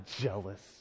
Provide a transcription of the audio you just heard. jealous